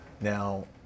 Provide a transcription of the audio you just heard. Now